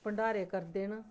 भण्डारे करदे न